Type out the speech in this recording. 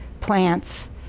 plants